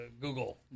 Google